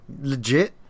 Legit